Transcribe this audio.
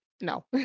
no